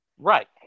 Right